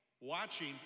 watching